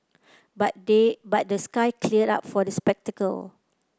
but the but the sky cleared up for the spectacle